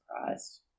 surprised